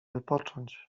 wypocząć